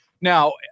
now